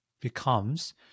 becomes